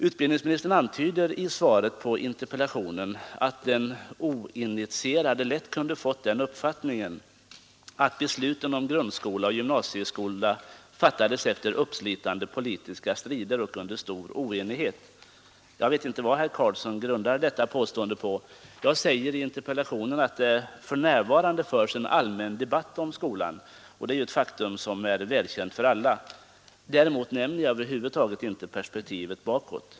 Utbildningsministern antyder i svaret att den oinitierade lätt kunde ha fått den uppfattningen att besluten om grundskoleoch gymnasieskolereformerna fattades efter uppslitande politiska strider och under stor oenighet. Jag vet inte vad herr Carlsson grundar detta påstående på. Jag säger i interpellationen att det för närvarande förs en allmän debatt om skolan, och det är ju ett välkänt faktum för alla. Däremot nämner jag över huvud taget inte perspektivet bakåt.